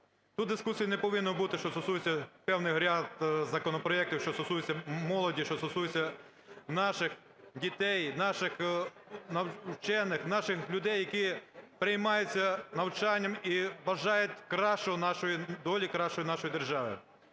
Тут дискусій не повинно бути, що стосується певний ряд законопроектів, що стосується молоді, що стосується наших дітей, наших вчених, наших людей, які переймаються навчанням і бажають кращої нашої долі, кращої нашої держави.